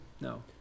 No